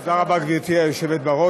תודה רבה, גברתי היושבת-ראש.